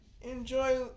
enjoy